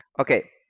okay